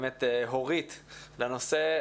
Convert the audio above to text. הורית, לנושא.